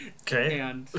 Okay